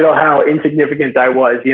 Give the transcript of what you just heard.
so how insignificant i was. yeah